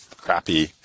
crappy